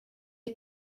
you